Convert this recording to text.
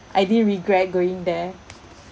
I didn't regret going there